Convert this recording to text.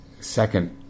second